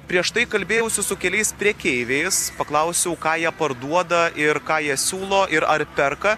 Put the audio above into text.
prieš tai kalbėjausi su keliais prekeiviais paklausiau ką jie parduoda ir ką jie siūlo ir ar perka